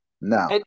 now